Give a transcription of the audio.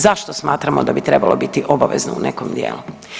Zašto smatramo da bi trebalo biti obavezno u nekom dijelu?